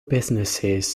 businesses